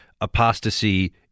Apostasy